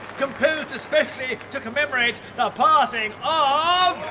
composed especially to commemorate the passing